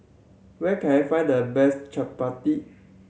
where can I find the best chappati